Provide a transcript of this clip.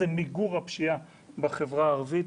זה מיגור הפשיעה בחברה הערבית.